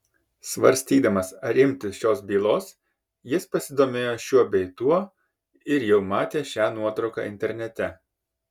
svarstydamas ar imtis šios bylos jis pasidomėjo šiuo bei tuo ir jau matė šią nuotrauką internete